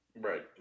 Right